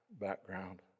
background